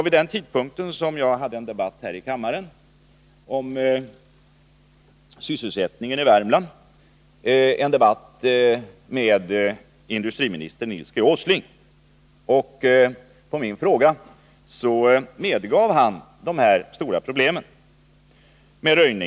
Vid den tidpunkten hade jag en debatt här i kammaren med industriminister Nils G. Åsling om sysselsättningen i Värmland. På min fråga medgav han att röjningsproblemen är mycket stora.